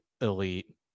elite